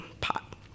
pot